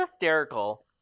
hysterical